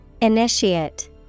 Initiate